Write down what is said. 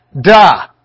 duh